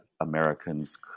Americans